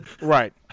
Right